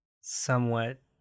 somewhat